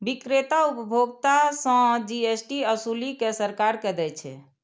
बिक्रेता उपभोक्ता सं जी.एस.टी ओसूलि कें सरकार कें दै छै